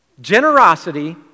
generosity